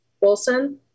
Wilson